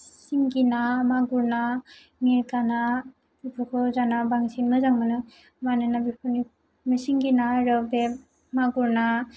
सिंगि ना मागुर ना मिर्गा ना बेफोरखौ जाना बांसिन मोजां मोनो मानोना बेफोरनि सिंगि ना आरो बे मागुर ना